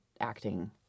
acting